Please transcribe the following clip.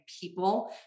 people